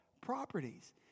properties